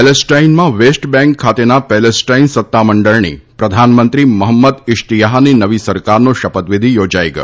પેલેસ્ટાઈનમાં West Bank ખાતેના Palestine સત્તામંડળની પ્રધાનમંત્રી મહંમદ ઈશ્તીયાફની નવી સરકારનો શપથવિધિ યોજાઈ ગયો